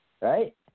right